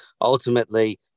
ultimately